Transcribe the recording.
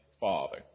Father